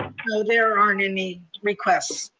no, there aren't any requests.